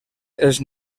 els